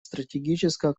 стратегического